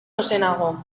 ozenago